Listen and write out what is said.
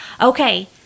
okay